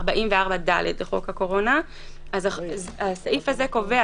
בעת חקיקת חוק הקורונה נקבע סעיף שאומר